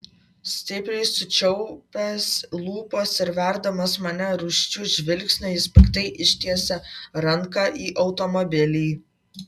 stipriai sučiaupęs lūpas ir verdamas mane rūsčiu žvilgsniu jis piktai ištiesia ranką į automobilį